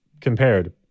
compared